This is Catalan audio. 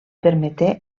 permeté